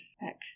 back